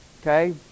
Okay